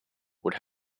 would